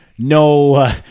No